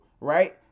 right